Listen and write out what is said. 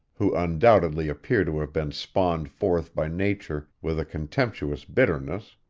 who undoubtedly appear to have been spawned forth by nature with a contemptuous bitterness